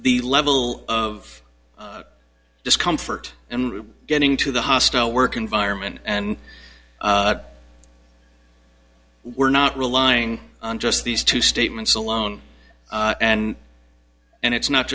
the level of discomfort and getting to the hostile work environment and we're not relying on just these two statements alone and and it's not